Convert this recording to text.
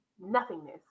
nothingness